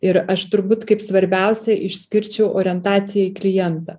ir aš turbūt kaip svarbiausią išskirčiau orientacija į klientą